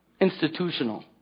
institutional